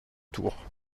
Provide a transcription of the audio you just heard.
tour